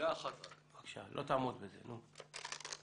אני